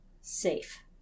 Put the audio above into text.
safe